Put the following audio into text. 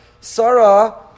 Sarah